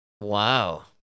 wow